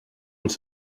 els